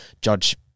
judge